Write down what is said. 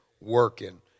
working